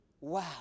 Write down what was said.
wow